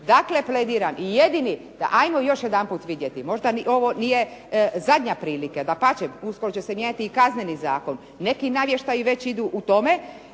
Dakle, plediram, ajmo još jedanput vidjeti, možda ovo nije zadnja prilika, dapače uskoro će se mijenjati i Kazneni zakon, neki navještaji već idu u tome